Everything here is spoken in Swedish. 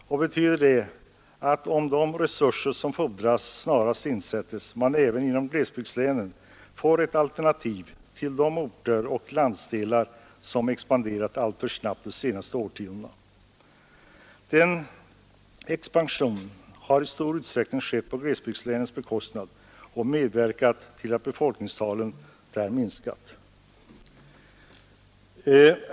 Detta betyder att om de resurser som fordras snarast insättes får man även inom glesbygdslänen ett alternativ till de orter och landsdelar som expanderat alltför snabbt de senaste årtiondena. Den expansionen har i stor utsträckning skett på glesbygdslänens bekostnad och medverkat till att befolkningstalen där minskat.